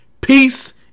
Peace